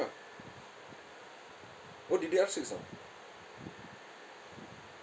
oh D_D_R six ah